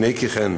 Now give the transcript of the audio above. הנה כי כן,